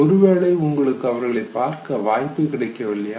ஒருவேளை உங்களுக்கு அவர்களைப் பார்க்க வாய்ப்பு கிடைக்கவில்லையா